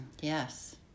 Yes